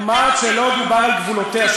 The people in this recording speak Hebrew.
אמרה חברת הכנסת זנדברג שלא דובר על גבולותיה,